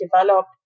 developed